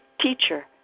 teacher